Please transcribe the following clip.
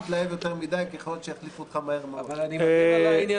אל תתלהב מהר מדי,